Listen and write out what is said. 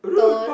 don't